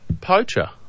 poacher